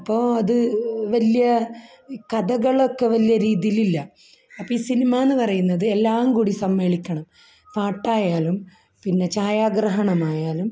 അപ്പോൾ അത് വലിയ കഥകളൊക്കെ വലിയ രീതിയിൽ ഇല്ല അപ്പോൾ ഈ സിനിമ എന്ന് പറയുന്നത് എല്ലാം കൂടി സമ്മേളിക്കണം പാട്ടായാലും പിന്നെ ഛായാഗ്രഹണമായാലും